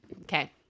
Okay